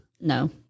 No